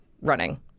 running